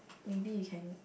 maybe you can